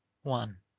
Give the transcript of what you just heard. one.